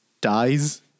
dies